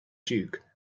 duke